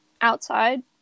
outside